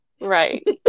Right